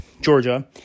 Georgia